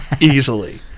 easily